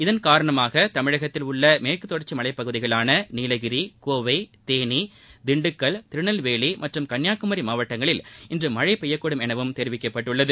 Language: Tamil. இதன்காரணமாக தமிழகத்தில் உள்ள மேற்குதொடர்ச்சி மலைப் பகுதிகளான நீலகிரி கோவை தேனி திண்டுக்கல் திருநெல்வேலி மற்றும் கன்னியாகுமரி மாவட்டங்களில் இன்று மழை பெய்யக்கூடும் எனவும் தெரிவிக்கப்பட்டுள்ளது